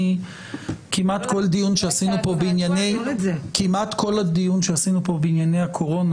כמעט כל דיון שעשינו פה בענייני הקורונה